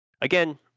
again